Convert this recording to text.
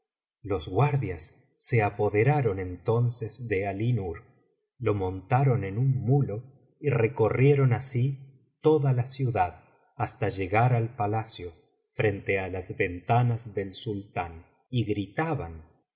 los guardias se apoderaron entonces de alínur lo montaron en un mulo y recorrieron así toda la ciudad hasta llegar al palacio frente á las ventanas del sultán y gritaban